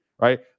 right